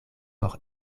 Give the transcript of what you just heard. por